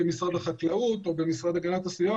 במשרד החקלאות או במשרד להגנת הסביבה.